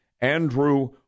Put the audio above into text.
Andrew